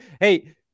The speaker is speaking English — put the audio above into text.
hey